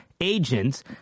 agents